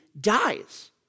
dies